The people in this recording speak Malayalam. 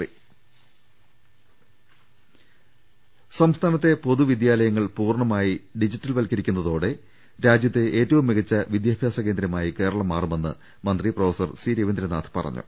രദ്ദമ്പ്പെട്ടറ സംസ്ഥാനത്തെ പൊതുവിദ്യാലയങ്ങൾ പൂർണ്ണമായി ഡിജിറ്റൽവൽക്ക രിക്കുന്നതോടെ രാജ്യത്തെ ഏറ്റവും മികച്ച വിദ്യാഭ്യാസ കേന്ദ്രമായി കേരളം മാറുമെന്ന് മന്ത്രി പ്രൊഫസർ സി രവീന്ദ്രനാഥ് പറഞ്ഞു